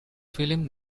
film